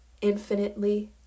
Infinitely